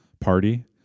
party